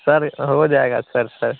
sir हो जाएगा sir sir